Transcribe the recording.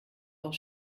auch